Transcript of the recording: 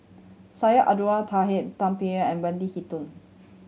Syed Abdulrahman Taha Tay Bin An and Wendy Hutton